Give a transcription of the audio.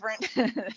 different